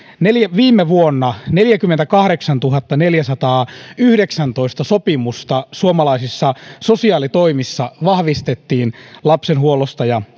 viime vuonna neljäkymmentäkahdeksantuhattaneljäsataayhdeksäntoista sopimusta suomalaisissa sosiaalitoimissa vahvistettiin lapsen huollosta ja